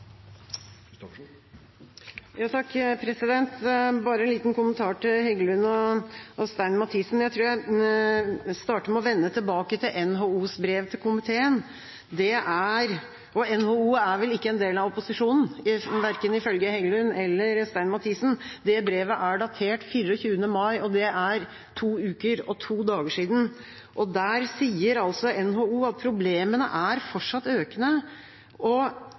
Bare en liten kommentar til representantene Heggelund og Stein Mathisen: Jeg tror jeg starter med å vende tilbake til NHOs brev til komiteen – og NHO er vel ikke en del av opposisjonen, ifølge verken Heggelund eller Stein Mathisen. Brevet er datert 24. mai, og det er to uker og to dager siden. Der sier altså NHO at problemene fortsatt er økende. Én av tre hovedårsaker de lister opp, er at det mangler helhetlige tiltak, og